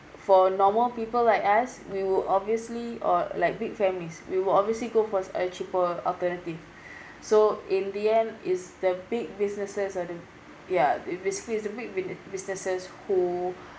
for normal people like us we will obviously or like big families we will obviously go for a cheaper alternative so in the end it's the big businesses are the ya basically it's the big bu~ businesses who